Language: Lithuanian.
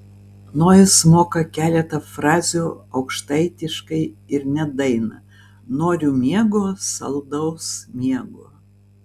nojus moka keletą frazių aukštaitiškai ir net dainą noriu miego saldaus miego